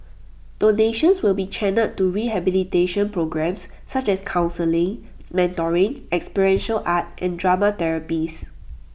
donations will be channelled to rehabilitation programmes such as counselling mentoring experiential art and drama therapies